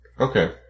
Okay